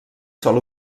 sol